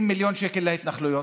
20 מיליון שקל להתנחלויות,